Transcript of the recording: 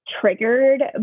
triggered